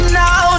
now